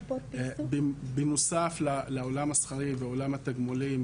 בנוסף לעולם השכרי ועולם התגמולים,